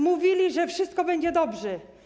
Mówili, że wszystko będzie dobrze.